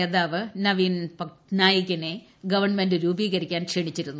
നേതാവ് നവീൻ പട്നായ്കിനെ ഗവൺമെന്റ് രൂപീകരിക്കാൻ ക്ഷണിച്ചിരുന്നു